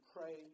pray